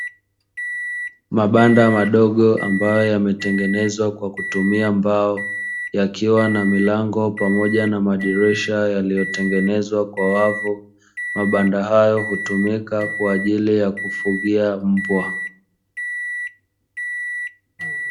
Mabanda madogo ambayo yametengenezwa kwa kutumia mbao yakiwa na milango pamoja na madirisha yaliyotengenezwa kwa wavu, mabanda hayo hutumika kwa ajili ya kufugia mbwa.